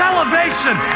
Elevation